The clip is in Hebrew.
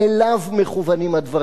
אליו מכוונים הדברים,